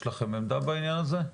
יש לכם עמדה בעניין הזה?